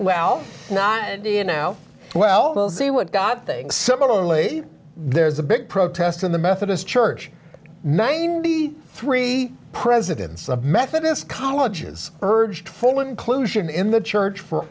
well not in now well we'll see what god thinks similarly there's a big protest in the methodist church ninety three presidents of methodist colleges urged full inclusion in the church for